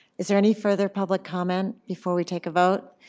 is there any further public comment before we take a vote?